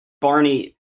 Barney